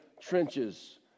trenches